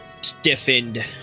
stiffened